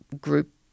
group